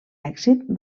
èxit